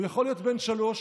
הוא יכול להיות בן שלוש,